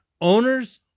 Owners